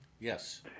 Yes